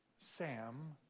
Sam